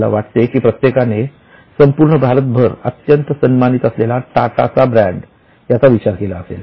मला वाटते की प्रत्येकाने संपूर्ण भारतभर अत्यंत सन्मानित असलेला टाटा ब्रँड चा विचार केला असेल